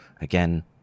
again